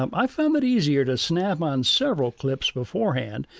um i found it easier to snap on several clips beforehand,